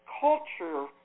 culture